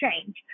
change